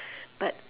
but